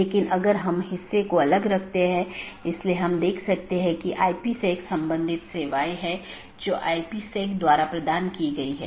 अब अगर हम BGP ट्रैफ़िक को देखते हैं तो आमतौर पर दो प्रकार के ट्रैफ़िक होते हैं एक है स्थानीय ट्रैफ़िक जोकि एक AS के भीतर ही होता है मतलब AS के भीतर ही शुरू होता है और भीतर ही समाप्त होता है